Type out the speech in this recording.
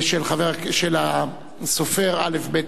של הסופר א.ב.